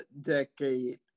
decade